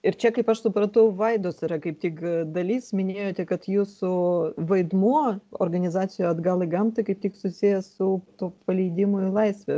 ir čia kaip aš supratau vaidos yra kaip tik dalis minėjote kad jūsų vaidmuo organizacijoje atgal į gamtą kaip tik susijęs su tuo paleidimu į laisvę